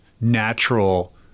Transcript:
natural